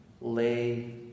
lay